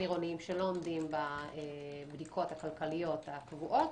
עירוניים שלא עומדים בבדיקות הכלכליות הקבועות,